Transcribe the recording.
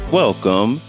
welcome